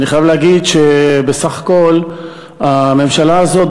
אני חייב להגיד שבסך הכול הממשלה הזאת,